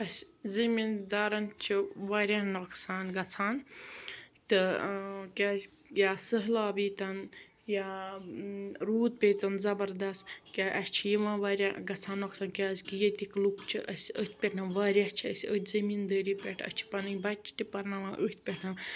اَسہِ زمیندارَن چھُ واریاہ نۄقصان گَژھان تہٕ کیازِ یا سٔہلاب ییٖتن یا روٗد پیٚیہِ تن زَبردس کیا اَسہِ چھِ یوان واریاہ گَژھان نۄقصان کیازِ کہِ ییتِکۍ لوٗک چھِ أسۍ أتھۍ پٮ۪ٹھ واریاہ چھِ أسۍ أتھ زمیندٲری پٮ۪ٹھ اَسہِ چھِ پَنٕنۍ تہِ پرناوان أتھۍ پٮ۪ٹھ